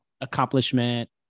accomplishment